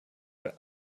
für